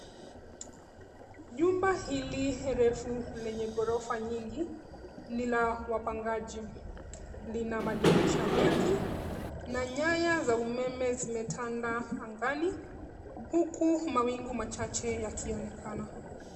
Nyumba hili refu lenye ghorofa nyingi ni la wapangaji. Lina madirisha mengi na nyaya za umeme zimetanda angani, huku mawingu machache yakionekana.